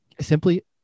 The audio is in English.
simply